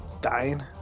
Dying